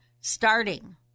starting